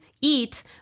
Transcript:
eat